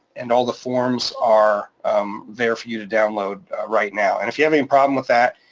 and all the forms are there for you to download right now. and if you have any problem with that,